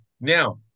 Now